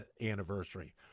anniversary